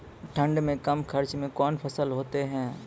ठंड मे कम खर्च मे कौन फसल होते हैं?